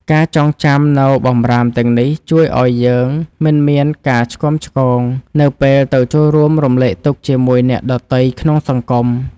ការចងចាំនូវបម្រាមទាំងនេះជួយឱ្យយើងមិនមានការឆ្គាំឆ្គងនៅពេលទៅចូលរួមរំលែកទុក្ខជាមួយអ្នកដទៃក្នុងសង្គម។